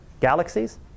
galaxies